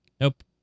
Nope